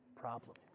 problem